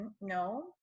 no